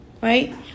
right